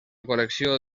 col·lecció